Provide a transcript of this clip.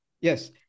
Yes